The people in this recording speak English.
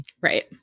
Right